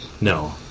No